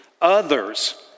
others